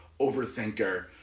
overthinker